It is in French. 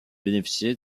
bénéficier